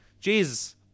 Jesus